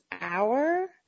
hour